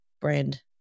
brand